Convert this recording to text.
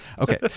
okay